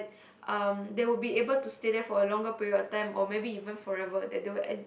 um they will be able to stay there for a longer period of time or maybe even forever that they will e~